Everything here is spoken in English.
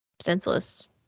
senseless